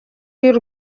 y’u